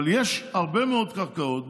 אבל יש הרבה מאוד קרקעות,